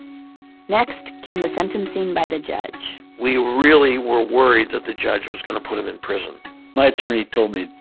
next came the sentencing by the judge we really were worried that the judge was going to put them in prison my attorney told me,